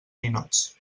ninots